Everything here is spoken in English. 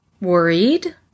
worried